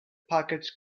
package